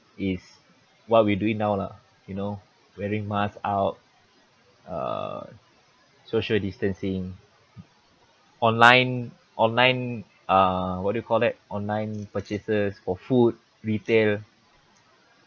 is what we're doing now lah you know wearing mask out uh social distancing online online uh what do you call that online purchases for food retail